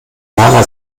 lara